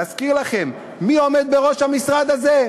להזכיר לכם, מי עומד בראש המשרד הזה?